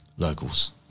Locals